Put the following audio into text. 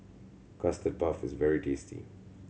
Custard Puff is very tasty